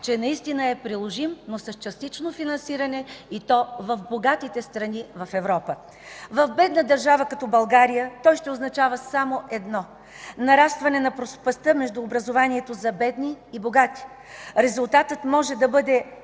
че наистина е приложим, но с частично финансиране, и то в богатите страни в Европа. В бедна държава като България той ще означава само едно – нарастване на пропастта между образованието за бедни и богати. Резултатът може да бъде: